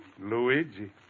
Luigi